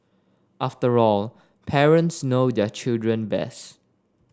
after all parents know their children best